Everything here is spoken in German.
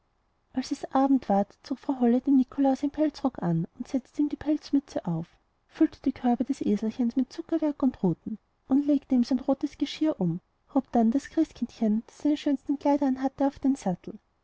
als es abend ward zog frau holle dem nikolaus ihren pelzrock an und setzte ihm die pelzmütze auf füllte die körbe des eselchen mit zuckerwerk und ruten legte ihm sein rotes geschirr um und hob dann das christkindchen das seine schönsten kleider anhatte auf den sattel